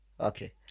okay